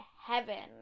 heaven